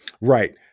Right